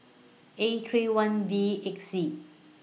A three one V eight C